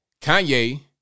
Kanye